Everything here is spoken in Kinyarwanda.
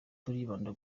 turibanda